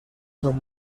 son